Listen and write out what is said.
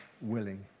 willing